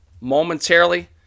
momentarily